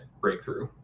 breakthrough